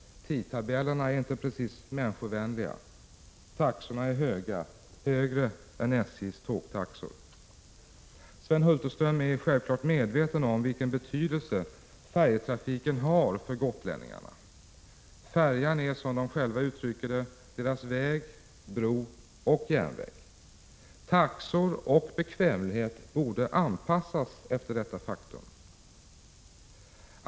Tidtabellerna är inte precis människovänliga. Taxorna är höga, högre än SJ:s tågtaxor. Sven Hulterström är självfallet medveten om vilken betydelse färjetrafiken har för gotlänningarna. Färjan är — som de själva uttrycker det — deras väg, bro och järnväg. Taxor och bekvämlighet borde anpassas därefter.